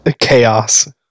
chaos